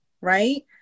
Right